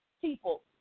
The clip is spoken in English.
people